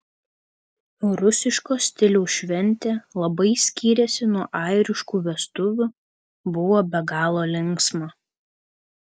rusiško stiliaus šventė labai skyrėsi nuo airiškų vestuvių buvo be galo linksma